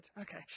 okay